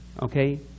okay